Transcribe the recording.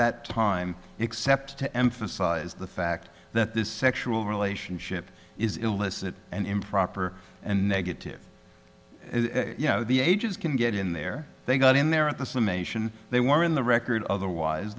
that time except to emphasize the fact that this sexual relationship is illicit and improper and negative you know the ages can get in there they go in there at the summation they were in the record otherwise